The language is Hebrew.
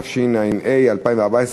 התשע"ה 2014,